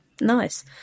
Nice